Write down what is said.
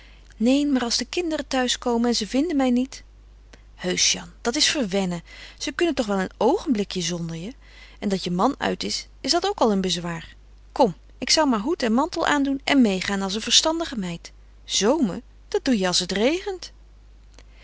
neen maar als de kinderen thuis komen en ze vinden mij niet heusch jeanne dat is verwennen ze kunnen toch wel een oogenblikje zonder je en dat je man uit is is dat ook al een bezwaar kom ik zou maar hoed en mantel aandoen en meêgaan als een verstandige meid zoomen dat doe je als het regent